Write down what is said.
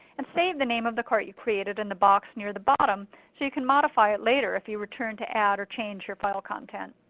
and save the name of the cart you created in the box near the bottom so you can modify it later if you return to add or change your file content.